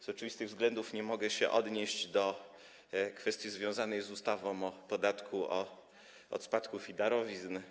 Z oczywistych względów nie mogę się odnieść do kwestii związanej z ustawą o podatku od spadków i darowizn.